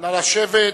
נא לשבת.